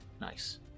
Nice